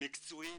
מקצועיים